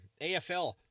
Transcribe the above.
AFL